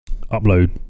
upload